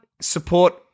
support